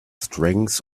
strength